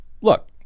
look